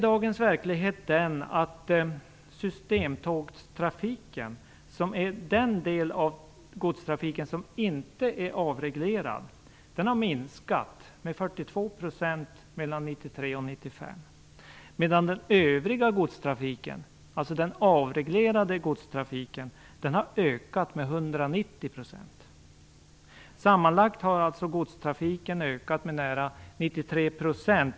Dagens verklighet är den, att systemtågstrafiken, som är den del av godstrafiken som inte är avreglerad, har minskat med 42 % mellan 1993 och 1995. Den övriga godstrafiken, dvs. den avreglerade godstrafiken, har ökat med 190 %. Sammanlagt har alltså godstrafiken ökat med nära 93 %.